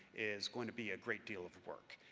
is going to be a great deal of work.